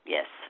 Yes